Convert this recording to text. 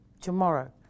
Tomorrow